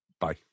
Bye